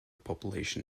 population